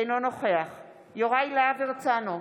אינו נוכח יוראי להב הרצנו,